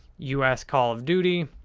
us call of duty,